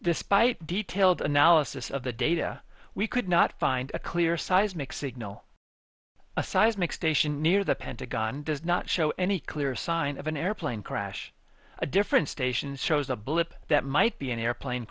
despite detailed analysis of the data we could not find a clear seismic signal a seismic station near the pentagon does not show any clear sign of an airplane crash a different station shows a blip that might be an airplane